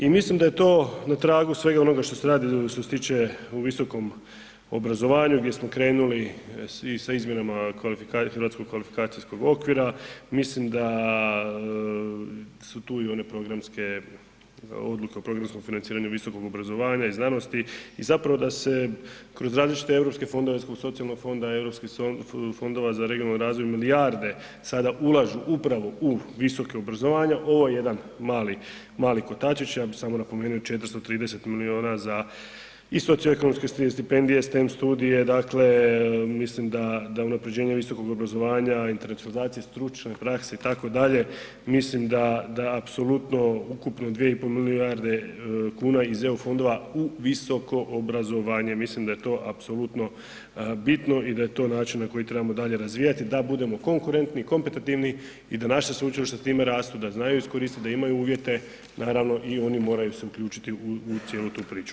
I mislim da je to na tragu svega onoga što se radi, što se tiče u visokom obrazovanju gdje smo krenuli sa izmjenama, hrvatskog kvalifikacijskog okvira, mislim da su tu i one programske, odluke o programskom financiranju visokog obrazovanja i znanosti i zapravo da se kroz različite EU fondove, socijalnog fonda, EU fondova za regionalni razvoj milijarde sada ulažu upravo u visoko obrazovanje, ovo je jedan mali kotačić, ja bih samo napomenuo, 430 milijuna za i socioekonomske stipendije, STEM studije, dakle, mislim da unaprjeđenje visokog obrazovanja, internacionalizacije, stručne prakse, itd., mislim da apsolutno ukupno 2,5 milijarde kuna iz EU fondova u visoko obrazovanje, mislim da je to apsolutno bitno i da je to način na koji trebamo dalje razvijati da budemo konkurentni i kompetativni i da naše sveučilište s time rastu, da znaju iskoristit, da imaju uvjete, naravno i oni moraju se uključiti u, u cijelu tu priču.